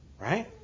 Right